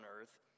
earth